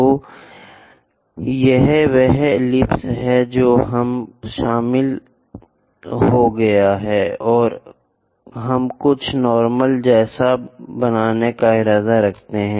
तो यह वह एलिप्स है जो हम शामिल हो गए हैं और हम कुछ नार्मल जैसा बनाने का इरादा रखते हैं